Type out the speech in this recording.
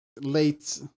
late